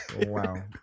wow